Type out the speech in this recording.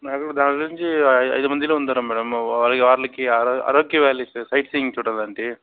నాకు దాని గురించి ఐ ఐదుమందిలో ఉన్నారు madam Araku valleys sightseeing చూడడానికి